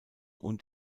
und